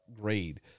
grade